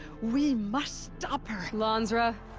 we must stop her! lansra.